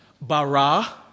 bara